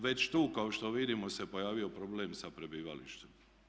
Već tu kao što vidimo se pojavio problem sa prebivalištem.